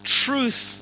truth